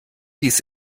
dies